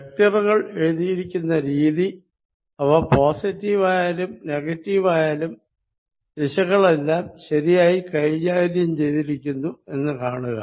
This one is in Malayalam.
വെക്റ്ററുകൾ എഴുതിയിരിക്കുന്ന രീതി അവ പോസിറ്റീവ് ആയാലും നെഗറ്റീവ് ആയാലും ദിശകളെല്ലാം ശരിയായി കൈകാര്യം ചെയ്തിരിക്കുന്നു എന്ന് കാണുക